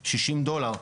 דולר.